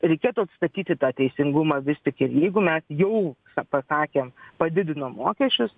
reikėtų atstatyti tą teisingumą vis tik ir jeigu mes jau pasakėm padidinom mokesčius